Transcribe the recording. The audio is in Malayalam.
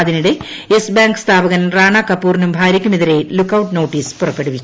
അതിനിടെ യെസ് ബാങ്ക് സ്ഥാപകൻ റാണ കപൂറിനും ഭാരൃയ്ക്കുമെതിരെ ലുക്ക് ഔട്ട് നോട്ടീസ് പുറപ്പെടുവിച്ചു